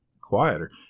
quieter